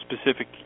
specific